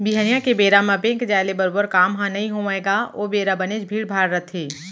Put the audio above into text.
बिहनिया के बेरा म बेंक जाय ले बरोबर काम ह नइ होवय गा ओ बेरा बनेच भीड़ भाड़ रथे